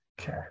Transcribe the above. Okay